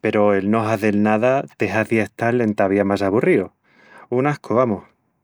pero el no hazel nada te hazi estal entavía más aburríu. Un ascu, amus...